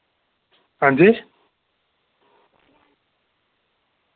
हांजी